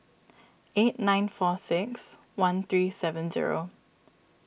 eight nine four six one three seven zero